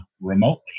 remotely